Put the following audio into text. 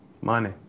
Money